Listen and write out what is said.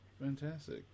Fantastic